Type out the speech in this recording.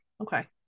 Okay